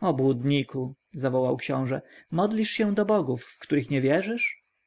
obłudniku zawołał książę modlisz się do bogów w których nie wierzysz